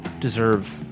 deserve